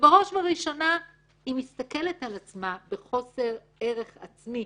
ובראש וראשונה היא מסתכלת על עצמה בחוסר ערך עצמי,